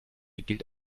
gilt